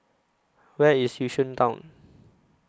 Where IS Yishun Town